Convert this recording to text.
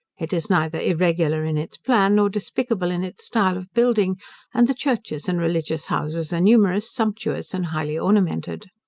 it is neither irregular in its plan, nor despicable in its style of building and the churches and religious houses are numerous, sumptuous, and highly ornamented.